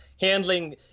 handling